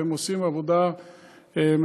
והם עושים עבודה מצוינת.